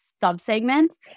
sub-segments